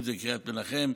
אם זה קריית מנחם,